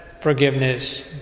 forgiveness